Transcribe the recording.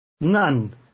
None